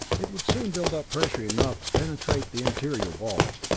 it would soon build up pressure enough to penetrate the interior wall.